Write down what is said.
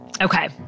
Okay